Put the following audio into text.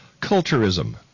culturism